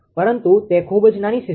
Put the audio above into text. પરંતુ તે ખૂબ જ નાની સિસ્ટમ છે